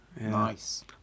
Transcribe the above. Nice